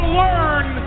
learn